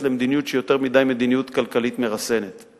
למדיניות שהיא מדיניות כלכלית מרסנת יותר מדי.